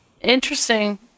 Interesting